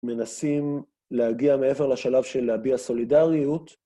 מנסים להגיע מעבר לשלב של להביע סולידריות.